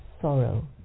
sorrow